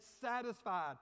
satisfied